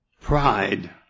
pride